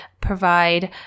provide